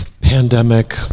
pandemic